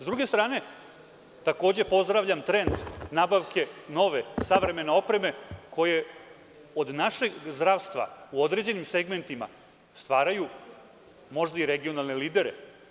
S druge strane, takođe pozdravljam trend nabavke nove, savremene opreme, koje od našeg zdravstva u određenim segmentima stvaraju možda i regionalne lidere.